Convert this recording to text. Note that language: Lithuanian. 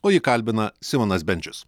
o jį kalbina simonas bendžius